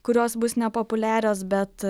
kurios bus nepopuliarios bet